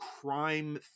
crime